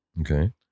Okay